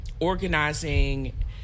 organizing